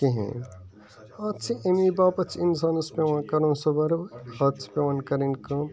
کِہیٖنۍ اَتھ چھُ اَمے باپَتھ چھُ اِنسانَس پیٚوان کَرُن سُہ اَتھ چھِ پیٚوان کَرٕنۍ کٲم